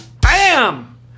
Bam